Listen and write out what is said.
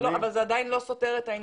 אבל זה עדיין לא סותר את העניין.